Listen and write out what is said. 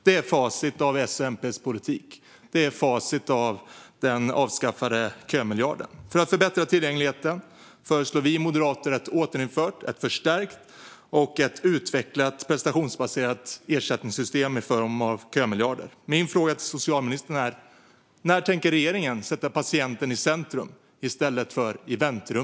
Det är facit av S och MP:s politik. Det är facit av den avskaffade kömiljarden. För att förbättra tillgängligheten föreslår vi moderater ett återinfört, förstärkt och utvecklat prestationsbaserat ersättningssystem i form av kömiljarder. Min fråga till socialministern är: När tänker regeringen sätta patienten i centrum i stället för i väntrum?